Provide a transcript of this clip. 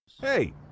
hey